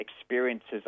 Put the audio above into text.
experiences